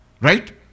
Right